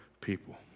people